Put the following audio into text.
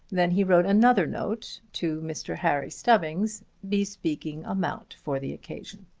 then he wrote another note to mr. harry stubbings, bespeaking a mount for the occasion.